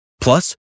Plus